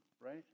right